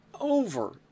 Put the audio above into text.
over